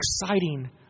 exciting